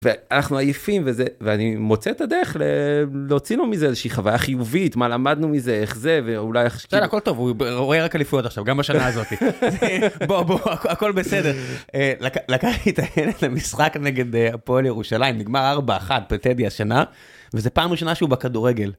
ואנחנו עייפים וזה ואני מוצא את הדרך להוציא לו מזה איזושהי חוויה חיובית מה למדנו מזה איך זה ואולי הכל טוב הוא עורר רק אליפויות עכשיו גם בשנה הזאתי בוא בוא הכל בסדר, לקהל יתעניין את המשחק נגד הפועל ירושלים נגמר 4-1 בטדי השנה וזה פעם ראשונה שהוא בכדורגל.